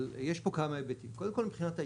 אבל יש פה כמה היבטים, קודם כל מבחינת ה-ICAO,